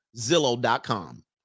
zillow.com